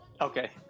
Okay